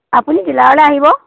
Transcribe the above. আপুনি ডিলাৰলে আহিব